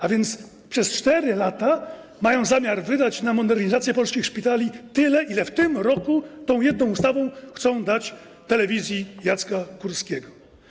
A więc przez 4 lata mają zamiar wydać na modernizację polskich szpitali tyle, ile w tym roku tą jedną ustawą chcą dać telewizji Jacka Kurskiego.